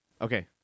Okay